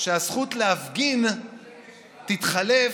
שהזכות להפגין תתחלף